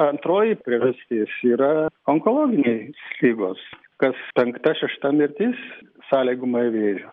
antroji priežastis yra onkologinės ligos kas penkta šešta mirtis sąlygojama vėžio